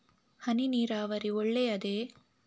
ಹನಿ ನೀರಾವರಿ ಒಳ್ಳೆಯದೇ?